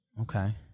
Okay